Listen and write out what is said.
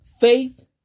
Faith